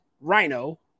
Rhino